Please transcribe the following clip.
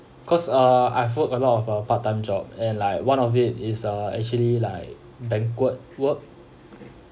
cause uh I've worked a lot of uh part time job and like one of it is uh actually like banquet work